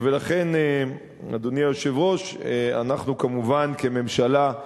ולכן, אדוני היושב-ראש, אנחנו, כמובן, כממשלה,